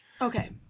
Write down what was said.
Okay